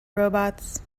robots